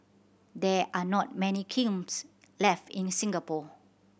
there are not many kilns left in Singapore